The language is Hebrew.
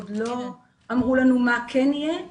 עוד לא אמרו לנו מה כן יהיה,